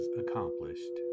accomplished